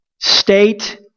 state